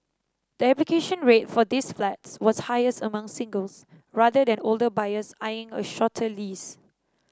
the application rate for these flats was highest among singles rather than older buyers eyeing a shorter lease